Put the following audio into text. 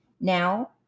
now